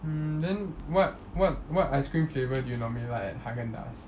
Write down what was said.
mm then what what what ice cream flavour do you normally like at Haagen-Dazs